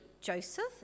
Joseph